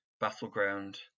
battleground